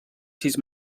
sis